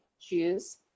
Choose